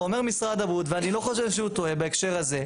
אומר משרד הבריאות ואני לא חושב שהוא טועה בהקשר הזה,